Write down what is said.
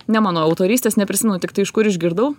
ne mano autorystės neprisimenu tiktai iš kur išgirdau